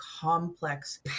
complex